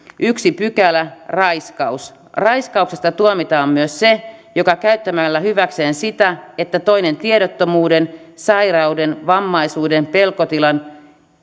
ensimmäinen pykälä raiskaus raiskauksesta tuomitaan myös se joka käyttämällä hyväkseen sitä että toinen tiedottomuuden sairauden vammaisuuden pelkotilan